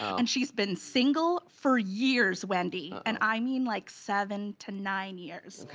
and she's been single for years, wendy, and i mean like seven to nine years.